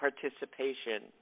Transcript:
participation